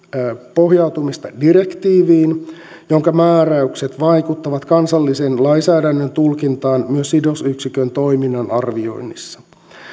pohjautumista direktiiviin jonka määräykset vaikuttavat kansallisen lainsäädännön tulkintaan myös sidosyksikön toiminnan arvioinnissa